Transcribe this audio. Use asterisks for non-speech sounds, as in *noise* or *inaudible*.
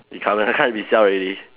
it can't be can't *laughs* be sell already